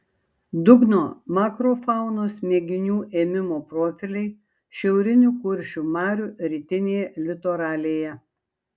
dugno makrofaunos mėginių ėmimo profiliai šiaurinių kuršių marių rytinėje litoralėje